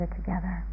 together